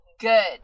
good